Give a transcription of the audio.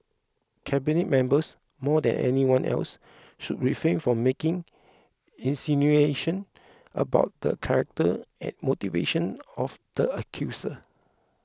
cabinet members more than anyone else should refrain from making insinuation about the character and motivation of the accuser